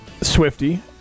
Swifty